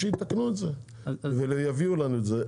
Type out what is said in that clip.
שיתקנו את זה ויביאו לנו את זה.